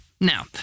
Now